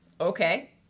okay